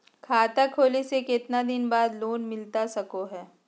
खाता खोले के कितना दिन बाद लोन मिलता सको है?